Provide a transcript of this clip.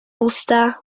usta